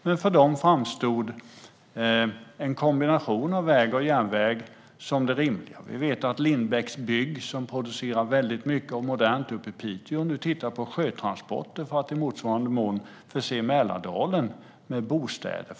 Men för detta företag framstod en kombination av väg och järnväg som det rimliga. Vi vet att Lindbäcks bygg, som producerar mycket och modernt uppe i Piteå, nu tittar på sjötransporter för att i motsvarande mån förse Mälardalen med bostäder.